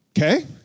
Okay